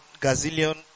gazillion